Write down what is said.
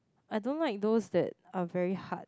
I don't like those that are very hard